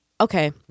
Okay